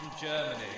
Germany